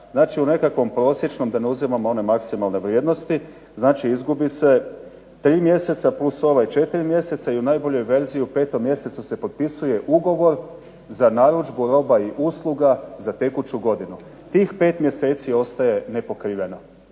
Znači u nekakvom prosječnom da ne uzimamo one maksimalne vrijednosti, znači izgubi se 3 mjeseca plus ovaj 4 mjeseca i u najbolju verziju u 5. mjesecu se potpisuje ugovor za narudžbu roba i usluga za tekuću godinu. Tih 5 mjeseci ostaje nepokriveno.